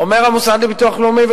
אומר המוסד לביטוח הלאומי,